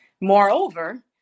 Moreover